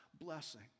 blessing